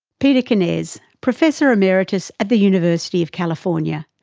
peter kenez, professor emeritus at the university of california.